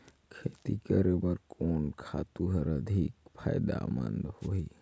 खेती करे बर कोन खातु हर अधिक फायदामंद होही?